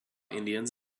indians